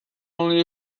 only